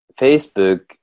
Facebook